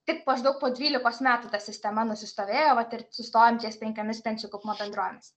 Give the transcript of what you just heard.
tik maždaug po dvylikos metų ta sistema nusistovėjo vat ir sustojom ties penkiomis pensijų kaupimo bendrovėmis